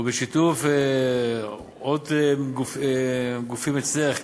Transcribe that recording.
ובשיתוף עוד גופים אצלך,